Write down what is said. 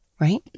right